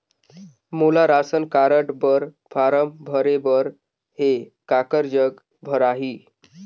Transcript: मोला ration card बर form भरे बर हे काकर जग भराही?